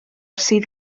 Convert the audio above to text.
sydd